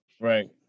Right